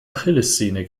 achillessehne